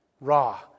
Raw